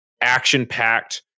action-packed